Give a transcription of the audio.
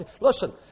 Listen